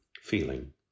feeling